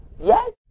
yes